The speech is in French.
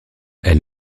elle